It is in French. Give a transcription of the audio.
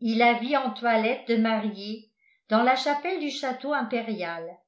il la vit en toilette de mariée dans la chapelle du château impérial